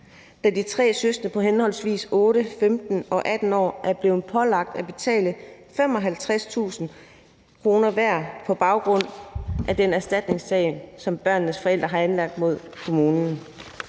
da de tre søskende på henholdsvis 8 år, 15 år og 18 år er blevet pålagt at betale 55.000 kr. hver på baggrund af den erstatningssag, som børnenes forældre har anlagt mod kommunen.